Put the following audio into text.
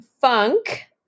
Funk